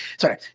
Sorry